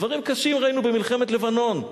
דברים קשים ראינו במלחמת לבנון.